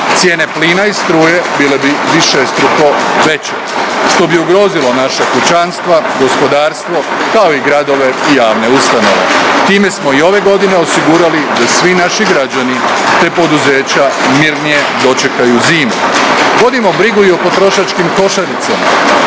cijene plina i struje bile bi višestruko veće, što bi ugrozilo naša kućanstva, gospodarstvo kao i gradove i javne ustanove. time smo i ove godine osigurali da svi naši građani te poduzeća mirnije dočekaju zimu. Vodimo brigu i o potrošačkim košaricama